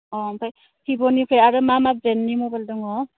अ ओमफ्राय भिभ'निफ्राय आरो मा मा ब्रेन्डनि मबाइल दङ